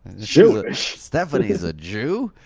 jewish? stephanie's a jew?